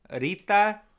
Rita